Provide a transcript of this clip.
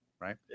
right